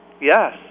Yes